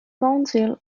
council